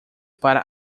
para